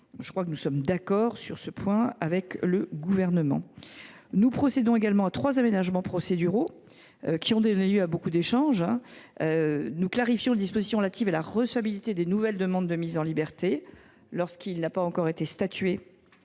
Je crois que nous sommes d’accord sur ce point avec le Gouvernement. En outre, nous vous proposons de procéder également à trois aménagements procéduraux, qui ont donné lieu à beaucoup d’échanges. Nous souhaitons ainsi clarifier les dispositions relatives à la recevabilité des nouvelles demandes de mise en liberté, lorsqu’il n’a pas encore été statué